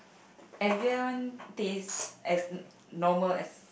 Evian tastes as normal as